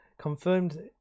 confirmed